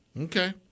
Okay